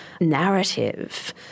narrative